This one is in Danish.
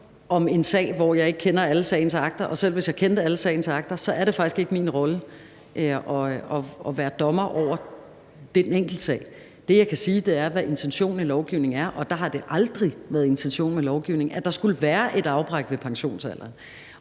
i en sag, hvor jeg ikke kender alle dens akter, og selv hvis jeg kendte alle sagens akter, ville det faktisk ikke ligge i min rolle at gøre mig til dommer over den enkeltsag. Det, jeg kan sige, er, hvad intentionen i lovgivningen er, og det har aldrig intentionen med lovgivningen, at der skulle være et stop ved pensionsalderen.